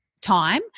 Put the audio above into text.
time